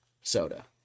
soda